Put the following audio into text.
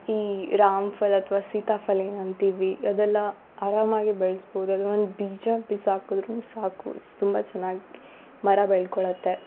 ಈ ರಾಮ್ಫಲ ಅಥ್ವ ಸೀತಾಫಲ ಏನು ಅಂತೀವಿ ಅದೆಲ್ಲ ಆರಾಮಾಗಿ ಬೆಳ್ಸ್ಬೋದು ಅದನ್ನ ಒಂದು ಬೀಜ ಬಿಸಾಕಿದ್ರೂ ಸಾಕು ತುಂಬ ಚೆನ್ನಾಗಿ ಮರ ಬೆಳ್ಕೊಳತ್ತೆ